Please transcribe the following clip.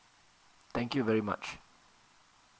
thank you very much